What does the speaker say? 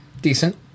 Decent